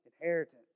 inheritance